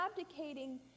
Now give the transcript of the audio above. abdicating